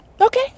Okay